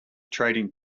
trading